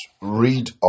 read